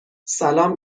سلام